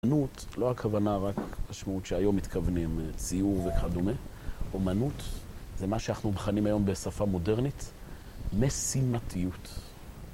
אמנות, לא הכוונה רק למשמעות שהיום מתכוונים: ציור וכדומה. אמנות זה מה שאנחנו מכנים היום בשפה מודרנית: משימתיות.